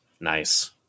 Nice